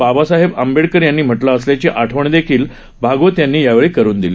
बाबासाहब आंबेडकर यांनी म्हटलं असल्याची आठवणही भागवत यांनी यावेळी करून दिली